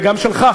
וגם שלך,